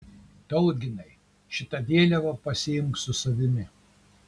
tautginai šitą vėliavą pasiimk su savimi